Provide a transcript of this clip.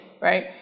right